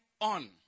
on